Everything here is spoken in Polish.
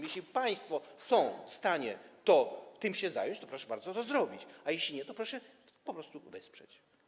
Jeśli państwo są w stanie tym się zająć, to bardzo proszę to zrobić, a jeśli nie, to proszę to po prostu wesprzeć.